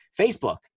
Facebook